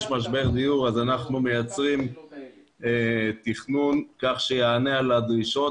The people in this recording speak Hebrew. משבר דיור ואנחנו מייצרים תכנון שיענה על הדרישות